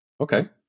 Okay